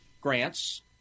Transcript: grants